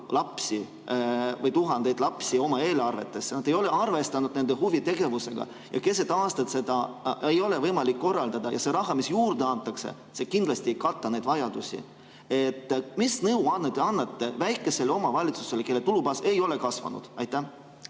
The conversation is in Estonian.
lapsi või tuhandeid lapsi oma eelarvesse, nad ei ole arvestanud nende huvitegevusega, ja keset aastat ei ole seda võimalik korraldada. See raha, mis juurde antakse, kindlasti neid vajadusi ei kata. Mis nõu te annate väikestele omavalitsustele, kelle tulubaas ei ole kasvanud?